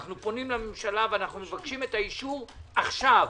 אנו פונים לממשלה ומבקשים את האישור עכשיו.